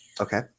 Okay